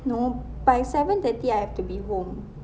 no by seven thirty I have to be home